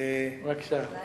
בבקשה.